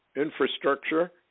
infrastructure